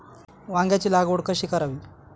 वांग्यांची लागवड कशी करावी?